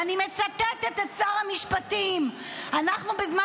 ואני מצטטת את שר המשפטים: אנחנו בזמן